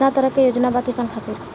केतना तरह के योजना बा किसान खातिर?